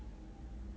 bapak